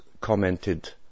commented